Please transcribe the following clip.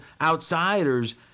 outsiders